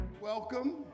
Welcome